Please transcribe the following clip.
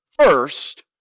first